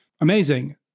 amazing